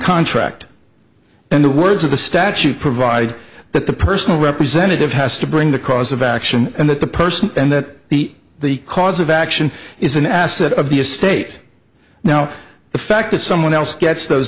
contract and the words of the statute provide that the personal representative has to bring the cause of action and that the person and that the the cause of action is an asset of the estate now the fact that someone else gets those